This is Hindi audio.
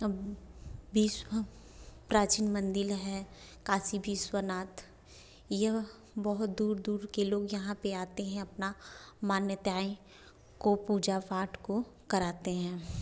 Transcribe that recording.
विश्व प्राचीन मंदिर है काशी विश्वनाथ ये बहुत दूर दूर के लोग आते हैं अपने मान्यताएं को पूजा पाठ को कराते हैं